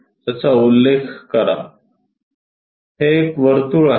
त्याचा उल्लेख करा ते एक वर्तुळ आहे